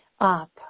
up